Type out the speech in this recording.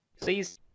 Please